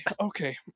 Okay